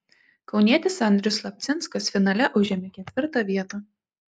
kaunietis andrius slapcinskas finale užėmė ketvirtą vietą